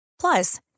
Plus